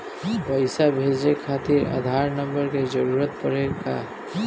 पैसे भेजे खातिर आधार नंबर के जरूरत पड़ी का?